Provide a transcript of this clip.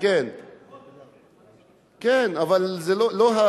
70 שקל, מה לעשות, כן, אבל זה לא הבעיה.